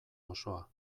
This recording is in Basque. osoa